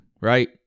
right